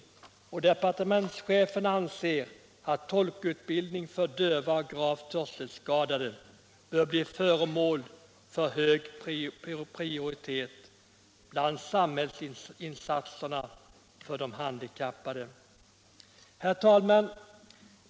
Departementschefen anser att tolkutbildning för döva och gravt hörselskadade bör få hög prioritet bland samhällsinsatserna för de handikappade. Herr talman!